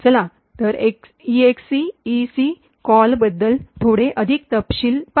चला तर ईएक्सईसी कॉलबद्दल थोडे अधिक तपशील पाहू